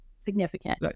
significant